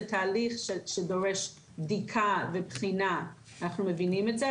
זה תהליך שדורש בדיקה ובחינה, אנחנו מבינים את זה.